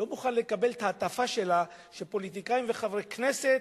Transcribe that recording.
אני לא מוכן לקבל את ההטפה שלה שפוליטיקאים וחברי כנסת